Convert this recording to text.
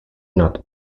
nad